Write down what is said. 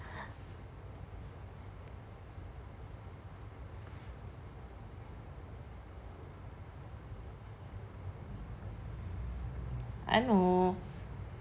I know